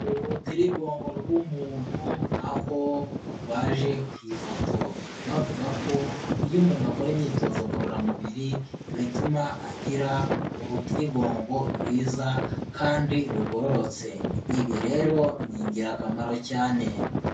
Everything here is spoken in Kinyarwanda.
Urutirigongo rw'umuntu, aho rwaje ku ifoto, bavuga ko iyo umuntu akora imyitozo ngororamubiri bituma agira urutirigongo rwiza kandi rugororotse. Ibi rero ni ingirakamaro cyane.